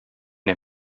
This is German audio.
der